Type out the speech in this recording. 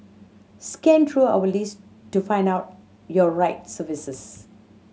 scan through our list to find out your right services